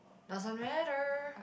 doesn't matter